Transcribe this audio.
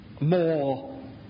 more